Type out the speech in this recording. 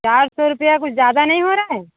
चार सौ रुपया कुछ ज़्यादा नहीं हो रहा है